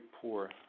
poor